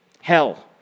hell